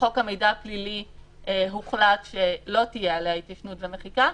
ובחוק המידע הפלילי הוחלט שלא תהיה עליה התיישנות ומחיקה,